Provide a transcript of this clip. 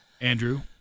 Andrew